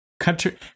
Country